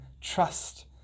trust